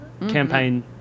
campaign